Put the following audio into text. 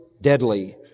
deadly